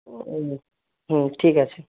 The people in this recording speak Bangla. হুম হুম ঠিক আছে